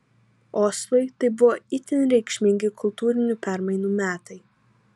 oslui tai buvo itin reikšmingi kultūrinių permainų metai